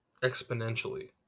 exponentially